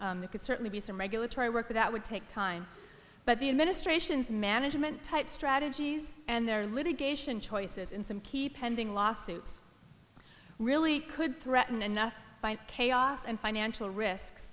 that could certainly be some regulatory work that would take time but the administration's management type strategies and their litigation choices in some key pending lawsuits really could threaten enough chaos and financial risk